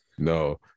No